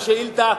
בשאילתא,